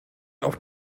auf